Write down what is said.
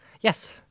Yes